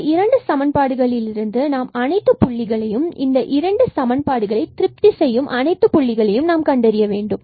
இந்த இரண்டு சமன்பாடுகளில் இருந்து நம்மால் அனைத்து புள்ளிகளையும் இந்த இரண்டு சமன்பாடுகளை திருப்தி செய்யும் அனைத்து புள்ளிகளையும் நாம் கண்டறிய முடியும்